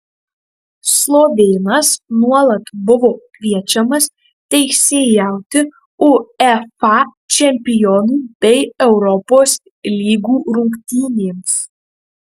slovėnas nuolat buvo kviečiamas teisėjauti uefa čempionų bei europos lygų rungtynėms